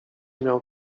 miał